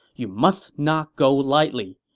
you must not go lightly.